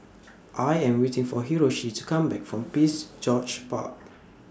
I Am waiting For Hiroshi to Come Back from Prince George's Park